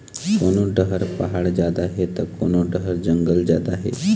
कोनो डहर पहाड़ जादा हे त कोनो डहर जंगल जादा हे